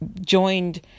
joined